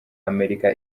amerika